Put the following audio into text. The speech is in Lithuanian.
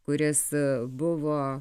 kuris buvo